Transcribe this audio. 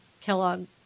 Kellogg